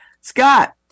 Scott